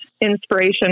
inspiration